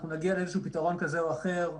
אנחנו נגיע לאיזשהו פתרון כזה או אחרת.